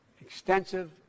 extensive